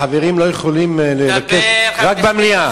החברים לא יכולים לבקש, רק במליאה.